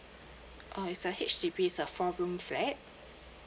uh it's a H_D_B it's a four room flat